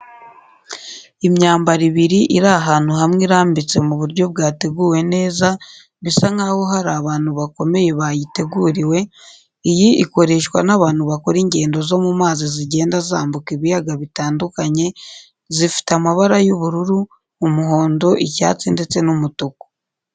Imyambaro ibiri iri ahantu hamwe irambitse mu buryo bwateguwe neza bisa nk'aho hari abantu bakomeye bayiteguriwe, iyi ikoreshwa n'abantu bakora ingendo zo mu mazi zigenda zambuka ibiyaga bitandukanye, zifite amabara y'ubururu, umuhongo, icyatsi ndetse n'umutuku.